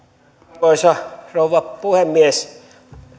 arvoisa rouva puhemies